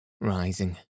rising